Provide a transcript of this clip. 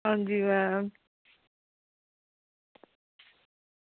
हां जी मैम